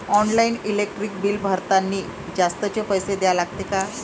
Online electric bill भरतानी जास्तचे पैसे द्या लागते का?